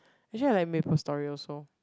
actually I like Maplestory also